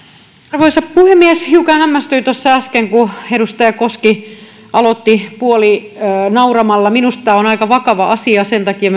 arvoisa puhemies hiukan hämmästyin tuossa äsken kun edustaja koski aloitti puolinauramalla minusta tämä on aika vakava asia sen takia